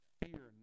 fear